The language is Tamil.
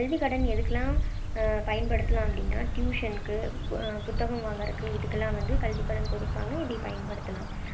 கல்விக் கடன் எதுக்கெல்லாம் பயன்படுத்தலாம் அப்படின்னா டியூஷனுக்கு புத்தகம் வாங்குகிறதுக்கு இதுக்கெல்லாம் வந்து கல்விக் கடன் கொடுப்பாங்க இதை பயன்படுத்தலாம்